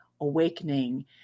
awakening